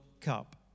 Cup